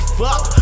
fuck